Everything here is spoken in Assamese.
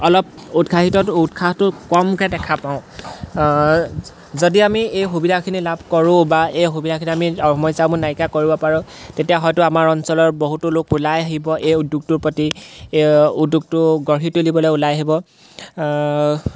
অলপ উৎসাহিত উৎসাহটো কমকৈ দেখা পাওঁ যদি আমি এই সুবিধাখিনি লাভ কৰোঁ বা এই সুবিধাখিনি আমি সময় চাব নাইকিয়া কৰিব পাৰোঁ তেতিয়া হয়তো আমাৰ অঞ্চলৰ বহুতো লোক ওলাই আহিব এই উদ্যোগটোৰ প্ৰতি উদ্যোগটো গঢ়ি তুলিবলৈ ওলাই আহিব